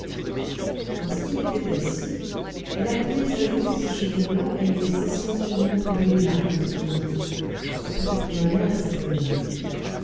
lorsqu'il était assis elle appuyait sa joue sur ses cheveux blancs et y laissait silencieusement tomber une larme en se disant c'est peut-être ma mère cet homme-là